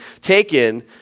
taken